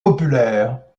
populaire